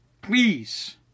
please